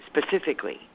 specifically